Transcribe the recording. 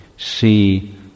see